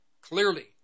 clearly